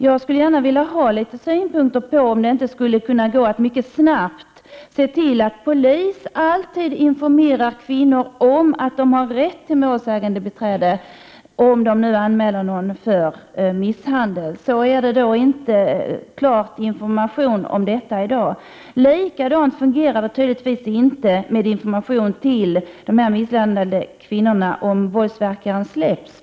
Jag skulle gärna vilja få höra justitieministerns synpunkt på frågan om det inte vore möjligt att polisen alltid informerade kvinnor om att de har rätt till målsägandebiträde om de anmäler någon för misshandel. Någon sådan information lämnas inte entydigt i dag. På samma sätt fungerar det tydligtvis inte med information till de misshandlade kvinnorna om när våldsverkaren släpps.